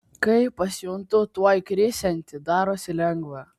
kai pasijuntu tuoj krisianti darosi lengva